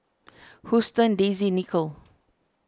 Huston Daisy Nichol